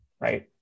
right